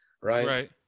right